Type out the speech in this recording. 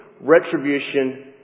retribution